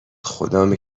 خدامه